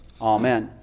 Amen